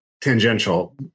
tangential